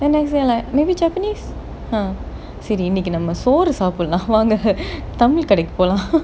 and next day like maybe japanese uh சரி இன்னக்கி நாம சோறு சாப்பிடலாம் வாங்க:sari innaki naama soru saapidalaam vaanga tamil கடைக்கு போகலாம்:kadaikku pogalaam